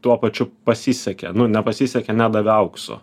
tuo pačiu pasisekė nu nepasisekė nedavė aukso